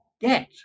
get